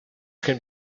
can